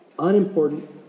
unimportant